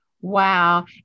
Wow